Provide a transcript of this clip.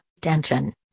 tension